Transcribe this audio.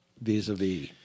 vis-a-vis